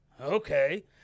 okay